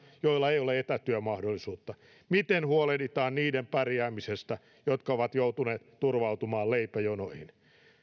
joilla ei ole etätyömahdollisuutta voivat hoitaa lapsiaan kotona miten huolehditaan niiden pärjäämisestä jotka ovat joutuneet turvautumaan leipäjonoihin